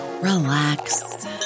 relax